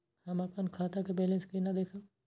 हम अपन खाता के बैलेंस केना देखब?